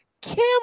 Kim